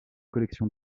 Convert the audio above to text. collection